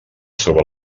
sobre